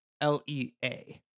L-E-A